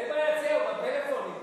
איזה ביציע, הוא בפלאפון אתי.